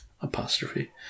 apostrophe